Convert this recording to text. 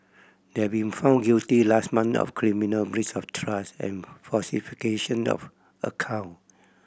they had been found guilty last month of criminal breach of trust and falsification of account